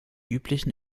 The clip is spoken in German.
üblichen